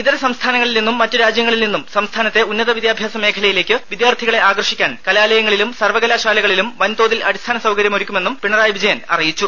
ഇതരസംസ്ഥാനങ്ങളിൽനിന്നും മറ്റു രാജ്യങ്ങളിൽനിന്നും സംസ്ഥാനത്തെ ഉന്നതവിദ്യാഭ്യാസ മേഖലയിലേക്ക് വിദ്യാർഥികളെ ആകർഷിക്കാൻ കലാലയങ്ങളിലും സർവകലാശാലകളിലും വൻതോതിൽ അടിസ്ഥാന സൌകര്യമൊരുക്കുമെന്നും പിണറായി വിജയൻ അറിയിച്ചു